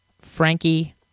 Frankie